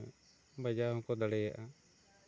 ᱵᱟᱡᱟᱣ ᱦᱚᱸᱠᱚ ᱫᱟᱲᱮᱭᱟᱜᱼᱟ